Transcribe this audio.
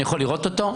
אני יכול לראות אותו?